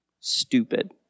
stupid